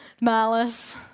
malice